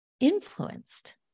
influenced